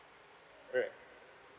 all right